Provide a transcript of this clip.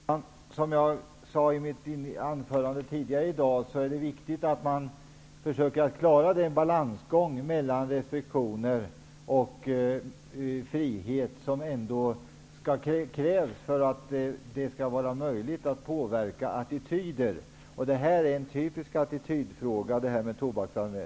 Herr talman! Som jag sade i mitt anförande tidigare, är det viktigt att man försöker klara den balansgång mellan restriktioner och frihet som krävs för att det skall vara möjligt att påverka attityder. Tobaksanvändningen är en typisk attitydfråga.